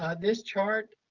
ah this chart,